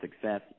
success